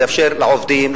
לאפשר לעובדים,